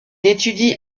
étudie